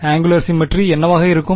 angular symmetry என்னவாக இருக்கும்